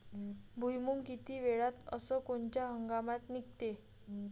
भुईमुंग किती वेळात अस कोनच्या हंगामात निगते?